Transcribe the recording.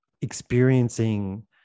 experiencing